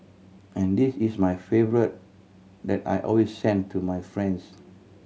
and this is my favourite that I always send to my friends